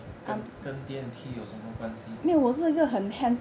跟跟 D&T 有什么关系